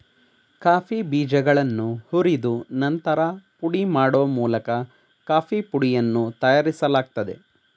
coffee ಬೀಜಗಳನ್ನು ಹುರಿದು ನಂತರ ಪುಡಿ ಮಾಡೋ ಮೂಲಕ ಕಾಫೀ ಪುಡಿಯನ್ನು ತಯಾರಿಸಲಾಗ್ತದೆ